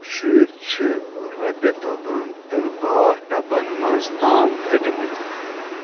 شُرۍ چھِ رَبہِ دۄبن تہٕ باتھ ٹبن منٛز تام پھٔٹمٕتۍ